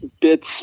bits